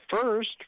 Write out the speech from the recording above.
first